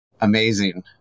Amazing